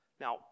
Now